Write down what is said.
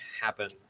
happen